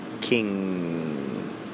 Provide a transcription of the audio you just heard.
king